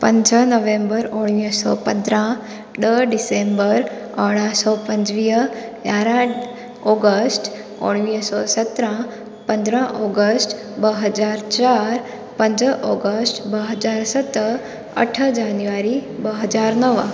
पंज नवम्बर उणिवीह सौ पंद्रहं ॾह डिसेम्बर अरिड़हं सौ पंजवीह यारहं ऑगस्ट उणिवीह सौ सत्रह पंद्रहं ऑगस्ट ॿ हज़ार चारि पंज ऑगस्ट ॿ हज़ार सत अठ जनवरी ॿ हज़ार नव